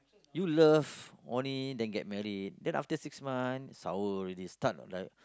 you love only then get married then after six month sour already start like